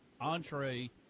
entree